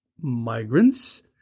migrants